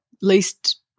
least